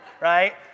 right